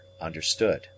understood